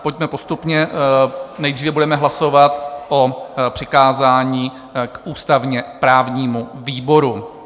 Pojďme postupně, nejdříve budeme hlasovat o přikázání k ústavněprávnímu výboru.